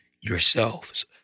yourselves